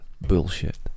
bullshit